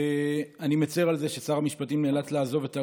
אני מצר על זה ששר המשפטים נאלץ לעזוב את האולם,